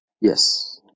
Yes